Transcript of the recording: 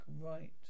right